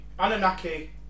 Anunnaki